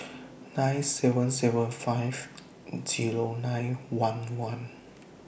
nine seven seven five Zero nine one one